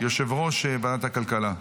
יושב-ראש ועדת הכלכלה.